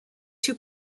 two